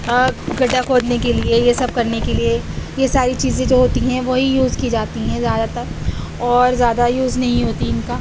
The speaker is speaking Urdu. گڈھا کھودنے کے لیے یہ سب کرنے کے لیے یہ ساری چیزیں جو ہوتی ہیں وہی یوز کی جاتی ہیں زیادہ تر اور زیادہ یوز نہیں ہوتی ان کا